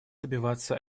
добиваться